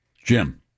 Jim